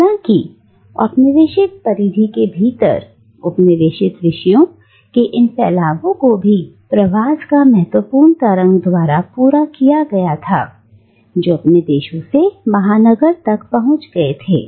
हालांकि औपनिवेशिक परिधि के भीतर उपनिवेशित विषयों के इन फैलावों को भी प्रवास की महत्वपूर्ण तरंगों द्वारा पूरक किया गया था जो अपने देशों से महानगर तक पहुंच गए थे